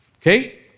Okay